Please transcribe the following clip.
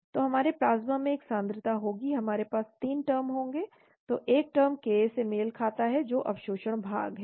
तो हमारे प्लाज्मा में एक सांद्रता होगी हमारे पास 3 टर्म होंगे तो एक टर्म ka से मेल खाता है जो अवशोषण भाग है